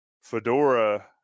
Fedora